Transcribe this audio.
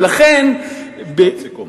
ולכן, משפט סיכום.